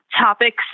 topics